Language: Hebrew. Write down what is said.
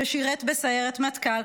ששירת בסיירת מטכ"ל,